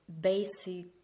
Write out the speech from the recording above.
basic